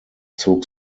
zog